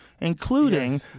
including